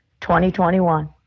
2021